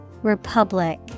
Republic